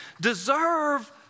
deserve